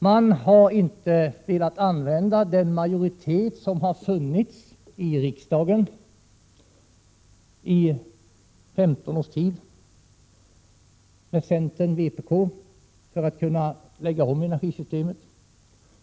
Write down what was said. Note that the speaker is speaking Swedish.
Man har inte velat använda den majoritet som har funnits i riksdagen i 15 års tid — med centern och vpk — för att lägga om energisystemet.